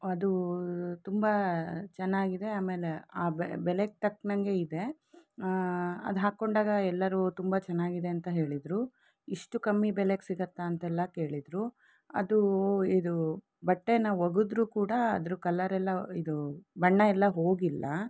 ಅದು ತುಂಬ ಚೆನ್ನಾಗಿದೆ ಆಮೇಲೆ ಆ ಬೆಲೆಗೆ ತಕ್ಕಂಗೆ ಇದೆ ಅದು ಹಾಕಿಕೊಂಡಾಗ ಎಲ್ಲರು ತುಂಬ ಚೆನ್ನಾಗಿದೆ ಅಂತ ಹೇಳಿದರು ಇಷ್ಟು ಕಮ್ಮಿ ಬೆಲೆಗೆ ಸಿಗುತ್ತಾ ಅಂತೆಲ್ಲ ಕೇಳಿದರು ಅದೂ ಇದು ಬಟ್ಟೆನ ಒಗೆದ್ರೂ ಕೂಡ ಅದ್ರ ಕಲರ್ ಎಲ್ಲ ಇದು ಬಣ್ಣ ಎಲ್ಲ ಹೋಗಿಲ್ಲ